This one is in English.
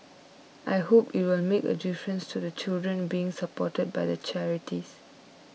I hope it will make a difference to the children being supported by the charities